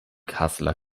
kassler